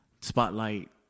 spotlight